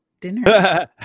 dinner